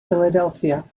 philadelphia